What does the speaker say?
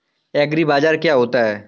एग्रीबाजार क्या होता है?